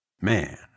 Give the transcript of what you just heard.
man